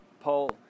Paul